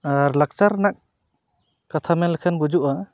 ᱟᱨ ᱞᱟᱠᱪᱟᱨ ᱨᱮᱱᱟᱜ ᱠᱟᱛᱷᱟ ᱢᱮᱱᱞᱮᱠᱷᱟᱱ ᱵᱩᱡᱩᱜᱼᱟ